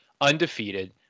undefeated